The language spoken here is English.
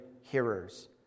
hearers